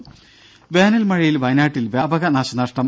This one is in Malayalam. രുര വേനൽ മഴയിൽ വയനാട്ടിൽ വ്യാപക നാശനഷ്ടം